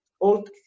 old